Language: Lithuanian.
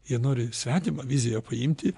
jie nori svetimą viziją paimti